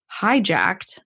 hijacked